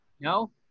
No